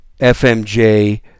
FMJ